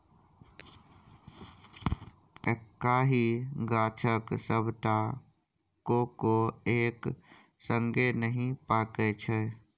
एक्कहि गाछक सबटा कोको एक संगे नहि पाकय छै